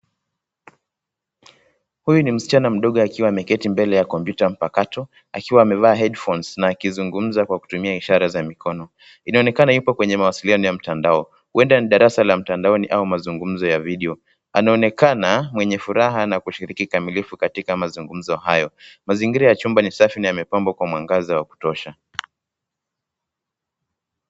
Huyu ni msichana mdogo akiwa ameketi mbele ya kompyuta ya mpakato akiwa amevaa (cs) headphones (cs) na akizungumza kwa kutumia ishara za mikono. Inaonekana yupo kwenye mawasiliano ya mtandao. Huenda ni darasa la mtandaoni au ni mazungumzo ya video. Anaonekana mwenye furaha na kushiriki kikamilifu katika mazungumzo hayo. Mazingira ya chumba ni safi na yamepambwa kwa mwangaza wa kutosha.